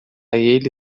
ele